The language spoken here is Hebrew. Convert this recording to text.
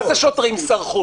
מה זה שוטרים סרחו?